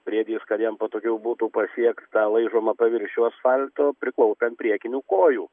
briedis kad jam patogiau būtų pasiekti tą laižomą paviršių asfalto priklaupia ant priekinių kojų